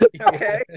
Okay